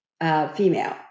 female